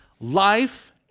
life